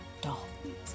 dolphins